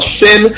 sin